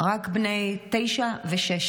רק בני תשע ושש,